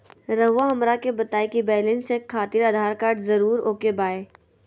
रउआ हमरा के बताए कि बैलेंस चेक खातिर आधार कार्ड जरूर ओके बाय?